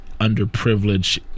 underprivileged